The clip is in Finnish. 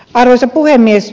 arvoisa puhemies